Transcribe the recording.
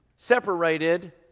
Separated